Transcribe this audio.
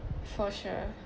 for sure